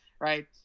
Right